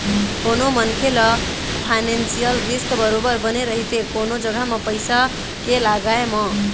कोनो मनखे ल फानेसियल रिस्क बरोबर बने रहिथे कोनो जघा म पइसा के लगाय म